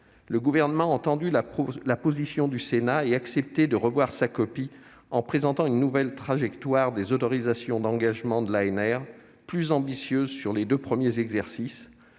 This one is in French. le Gouvernement a entendu la position du Sénat et accepté de revoir sa copie en présentant une nouvelle trajectoire des autorisations d'engagement de l'ANR, plus ambitieuse sur les deux premiers exercices.